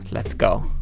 let's go!